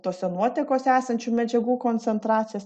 tose nuotekose esančių medžiagų koncentracijas